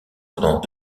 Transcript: pendant